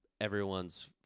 everyone's